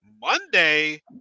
Monday